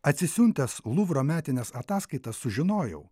atsisiuntęs luvro metines ataskaitas sužinojau